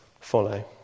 follow